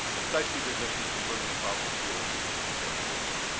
especially the emissions from burning of fossil fuels and from deforestation.